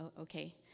okay